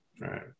right